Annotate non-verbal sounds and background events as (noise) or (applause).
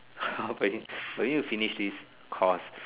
okay (noise) will you finish this course